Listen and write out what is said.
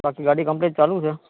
બાકી ગાડી કમ્પલેટ ચાલું છે